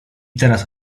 teraz